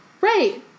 right